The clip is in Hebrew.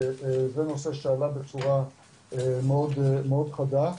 זה נושא שעלה בצורה מאוד חדה,